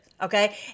Okay